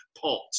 pot